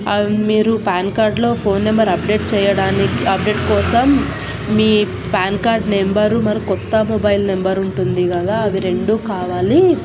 అ మీరు పాన్ కార్డులో phone number update చేయడానికి అప్డేట్ కోసం మీ పాన్ కార్డ్ నెంబరు మరి క్రొత్త మొబైల్ నెంబరు ఉంటుంది కదా అవి రెండు కావాలి